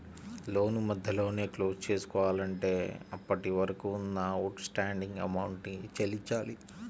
లోను మధ్యలోనే క్లోజ్ చేసుకోవాలంటే అప్పటివరకు ఉన్న అవుట్ స్టాండింగ్ అమౌంట్ ని చెల్లించాలి